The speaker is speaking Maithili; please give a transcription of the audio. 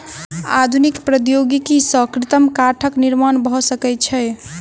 आधुनिक प्रौद्योगिकी सॅ कृत्रिम काठक निर्माण भ सकै छै